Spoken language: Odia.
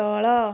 ତଳ